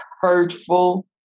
hurtful